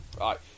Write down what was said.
right